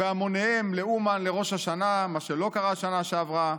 בהמוניהם לאומן בראש השנה מה שלא קרה בשנה שעברה.